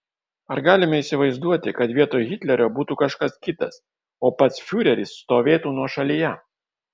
ar galime įsivaizduoti kad vietoj hitlerio būtų kažkas kitas o pats fiureris stovėtų nuošalyje